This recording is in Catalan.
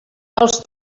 els